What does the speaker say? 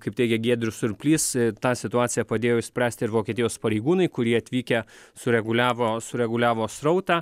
kaip teigė giedrius surplys tą situaciją padėjo išspręsti ir vokietijos pareigūnai kurie atvykę sureguliavo sureguliavo srautą